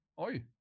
oi